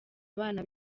abana